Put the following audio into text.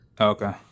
Okay